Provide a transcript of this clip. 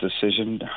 decision